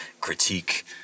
critique